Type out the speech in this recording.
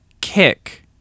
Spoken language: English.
kick